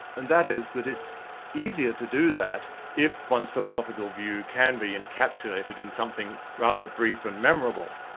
and that is that it's easier to do that if one's philosophical view can be encapsulated in something rather brief and memorable.